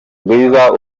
rwiza